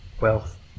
wealth